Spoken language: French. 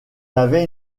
avait